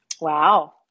Wow